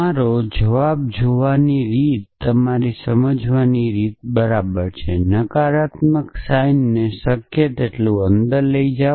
તમારો જવાબ જોવાની રીત તમારી સમજવાની રીત બરાબર છે નકારાત્મક સાઇનને શક્ય તેટલું અંદર લઈ જાઓ